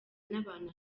n’abantu